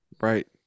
Right